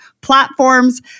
platforms